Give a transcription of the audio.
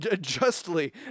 Justly